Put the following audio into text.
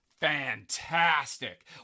fantastic